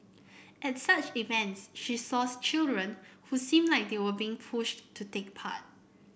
at such events she saw children who seemed like they were being pushed to take part